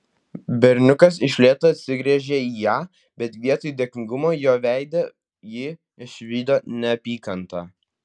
berniukas iš lėto atsigręžė į ją bet vietoj dėkingumo jo veide ji išvydo neapykantą